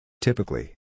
Typically